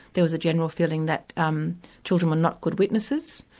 there was a general feeling that um children were not good witnesses,